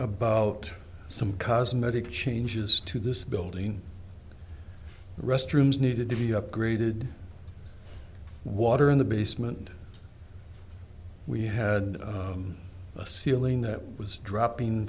about some cosmetic changes to this building restrooms needed to be upgraded water in the basement we had a ceiling that was dropping